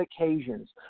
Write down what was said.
occasions